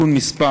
(תיקון מס'